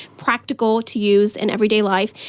practical to use in everyday life.